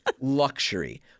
Luxury